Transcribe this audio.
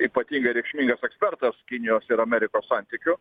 ypatingai reikšmingas ekspertas kinijos ir amerikos santykių